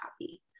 happy